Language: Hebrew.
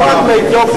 לא רק לאתיופים,